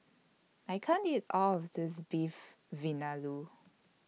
I can't eat All of This Beef Vindaloo